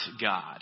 God